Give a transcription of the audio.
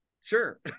Sure